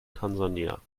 tansania